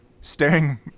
staring